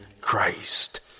Christ